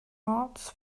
hearts